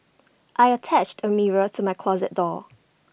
I attached A mirror to my closet door